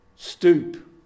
stoop